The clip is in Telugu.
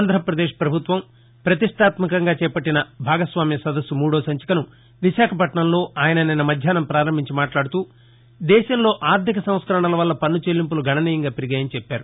ఆంధ్రప్రదేశ్ ప్రభుత్వం ప్రతిష్టాత్మకంగా చేపట్టిన భాగస్వామ్య సదస్సు మూడవ సంచికను విశాఖపట్నంలో ఆయన నిన్న మధ్యాహ్నం ప్రారంభించిమాట్లాడుతూ దేశంలో ఆర్దిక సంస్కరణల వల్ల పన్ను చెల్లింపులు గణనీయంగా పెరిగాయని చెప్పారు